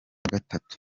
gatatu